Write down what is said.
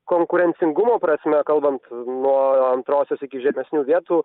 konkurencingumo prasme kalbant nuo antrosios iki žemesnių vietų